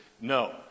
no